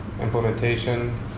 implementation